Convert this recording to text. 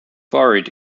buried